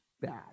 bad